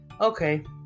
Okay